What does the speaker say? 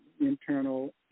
internal